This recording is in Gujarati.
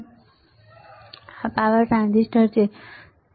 આ કાળી વસ્તુ હીટ સિંક છે આ પાવર ટ્રાન્ઝિસ્ટર છે બરાબર